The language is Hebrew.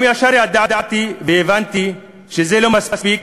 גם ישר ידעתי והבנתי שזה לא מספיק,